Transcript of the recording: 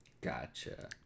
Gotcha